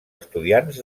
estudiants